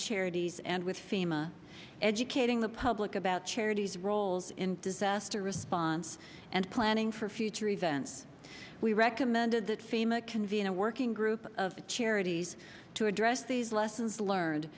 charities and with fema educating the public about charities roles in disaster response and planning for future events we recommended that fema convene a working group of charities to address these lessons learned